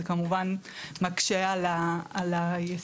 זה כמובן מקשה על היישום.